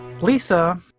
Lisa